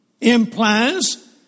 implies